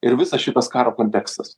ir visas šitas karo kontekstas